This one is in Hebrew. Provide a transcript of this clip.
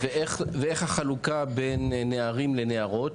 אוקי ואיך החלוקה בין נערים לנערות?